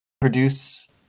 produce